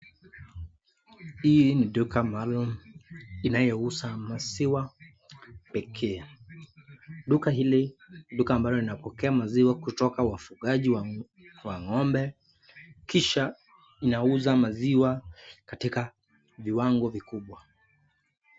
Hii ni duka maalum inayouza maziwa pekee, duka hili ni duka ambalo linapokea maziwa kutoka wafugaji wa ng'ombe kisha inauza maziwa katika viwango vikubwa.